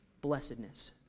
Blessedness